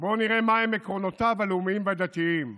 בואו נראה מהם עקרונותיו הלאומיים והדתיים.